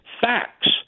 facts